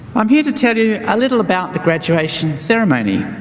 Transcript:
i'm here to tell you a little about the graduation ceremony,